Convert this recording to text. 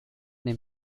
dem